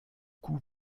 coût